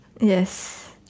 Yes